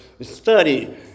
study